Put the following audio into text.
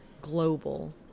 global